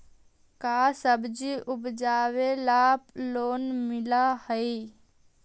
का सब्जी उपजाबेला लोन मिलै हई?